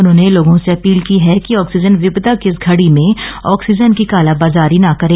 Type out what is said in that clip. उन्होंने लोगों से अपील की है कि ऑक्सीजन विपदा की इस घड़ी में आक्सीजन की काला बाजारी न करें